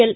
L